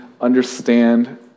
understand